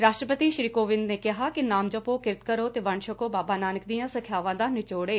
ਰਾਸ਼ਟਰਪਤੀ ਸ੍ਰੀ ਕੋਵਿੰਦ ਨੇ ਕਿਹਾ ਕਿ ਨਾਮ ਜਪੋ ਕਿਰਤ ਕਰੋ ਅਤੇ ਵੰਡ ਛਕੋ ਬਾਬਾ ਨਾਨਕ ਦੀਆਂ ਸਿੱਖਿਆਵਾਂ ਦਾ ਨਿਚੋੜ ਏ